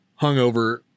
hungover